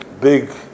big